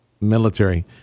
military